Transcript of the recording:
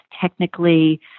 technically